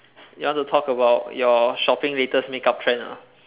you want to talk about your shopping latest make up trend or not